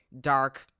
dark